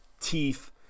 teeth